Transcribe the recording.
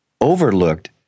overlooked